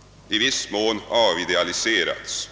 — i viss mån avidealiserats.